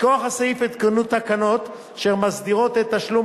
מכוח הסעיף הותקנו תקנות אשר מסדירות את תשלום